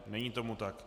Není tomu tak.